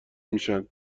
میشن